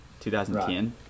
2010